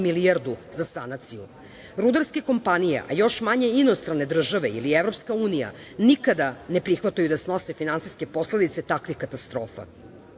milijardu za sanaciju. Rudarske kompanije, a još manje inostrane države ili EU nikada ne prihvataju da snose finansijske posledice takvih katastrofa.